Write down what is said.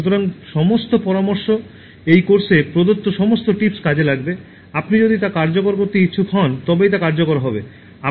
সুতরাং সমস্ত পরামর্শ এই কোর্সে প্রদত্ত সমস্ত টিপস কাজে লাগবে আপনি যদি তা কার্যকর করতে ইচ্ছুক হন তবেই তা কার্যকর হবে